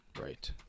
right